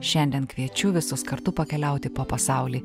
šiandien kviečiu visus kartu pakeliauti po pasaulį